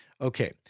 Okay